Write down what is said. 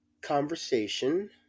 conversation